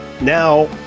Now